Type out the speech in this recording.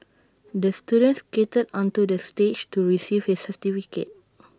the student skated onto the stage to receive his certificate